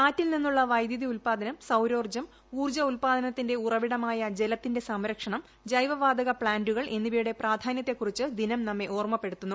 കാറ്റിൽ നിന്നുള്ള വൈദ്യുതി ഉല്പാദനം സൌരോർജ്ജം ഉൌർജ്ജ ഉല്പാദനത്തിന്റെ ഉറവിടമായ ജലത്തിന്റെ സംരക്ഷണം ജൈവ വാതക പ്ലാന്റുകൾ എന്നിവയുടെ പ്രാധാന്യത്തെക്കുറിച്ച് ദിനം നമ്മെ ഓർമ്മപ്പെടുത്തുന്നു